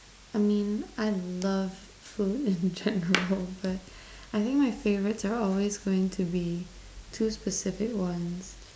I mean I love food in general but I think my favorites are always going to be two specific ones